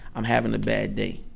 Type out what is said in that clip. i'm having a bad day.